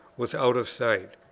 was out of sight.